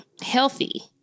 healthy